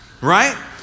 right